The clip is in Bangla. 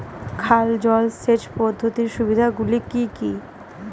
খাল জলসেচ পদ্ধতির সুবিধাগুলি কি কি?